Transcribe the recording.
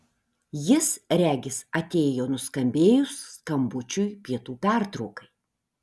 jis regis atėjo nuskambėjus skambučiui pietų pertraukai